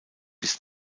ist